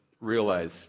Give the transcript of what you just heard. realize